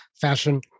fashion